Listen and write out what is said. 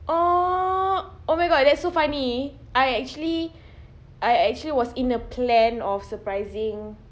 oh oh my god that's so funny I actually I actually was in a plan of surprising